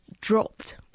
dropped